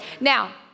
now